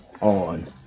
on